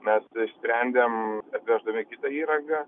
mes išsprendėm atveždami kitą įrangą